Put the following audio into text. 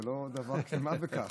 זה לא דבר של מה בכך.